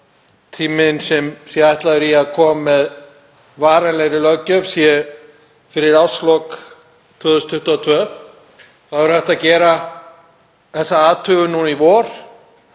tíminn sem ætlaður sé í að koma með varanlegri löggjöf sé fyrir árslok 2022. Þá er hægt að gera þessa athugun núna í vor,